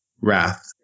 wrath